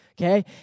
okay